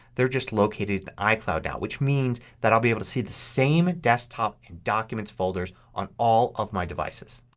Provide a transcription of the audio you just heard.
they're just located in icloud now which means that i'll be able to see the same desktop and documents folders on all of my devices.